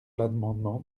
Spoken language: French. l’amendement